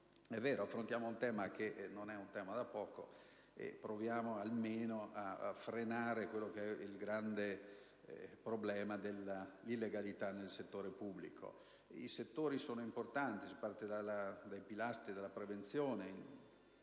È vero, affrontiamo un tema che non è da poco, e proviamo almeno a frenare il grande problema dell'illegalità nel settore pubblico. I settori sono importanti: si parte inizialmente dai pilastri della prevenzione,